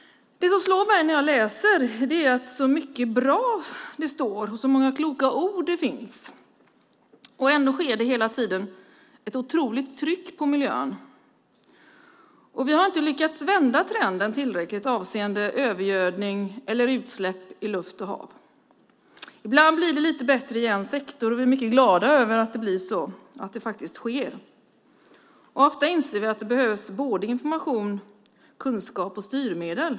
Det som slår mig när jag läser betänkandet är: Så mycket bra det står, och så många kloka ord det finns! Ändå är det hela tiden ett otroligt tryck på miljön. Vi har inte lyckats vända trenden tillräckligt avseende övergödning eller utsläpp i luft och hav. Ibland blir det lite bättre i en sektor, och vi är mycket glada över att det faktiskt sker. Ofta inser vi att det behövs både information, kunskap och styrmedel.